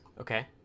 Okay